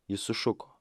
jis sušuko